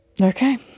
Okay